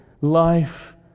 life